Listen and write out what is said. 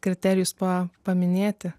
kriterijus pa paminėti